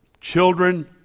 children